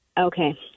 Okay